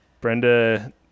Brenda